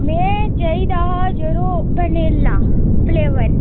में चाहिदा हा यरो वेनेला फ्लेवर